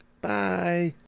bye